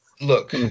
Look